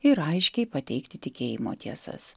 ir aiškiai pateikti tikėjimo tiesas